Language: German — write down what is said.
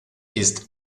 ist